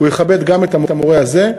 הוא יכבד גם את המורה הזה.